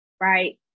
right